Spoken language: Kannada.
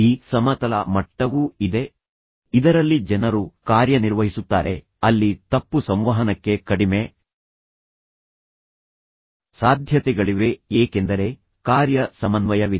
ಈ ಸಮತಲ ಮಟ್ಟವೂ ಇದೆ ಇದರಲ್ಲಿ ಜನರು ಕಾರ್ಯನಿರ್ವಹಿಸುತ್ತಾರೆ ಅಲ್ಲಿ ತಪ್ಪು ಸಂವಹನಕ್ಕೆ ಕಡಿಮೆ ಸಾಧ್ಯತೆಗಳಿವೆ ಏಕೆಂದರೆ ಕಾರ್ಯ ಸಮನ್ವಯವಿದೆ